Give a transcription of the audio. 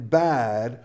bad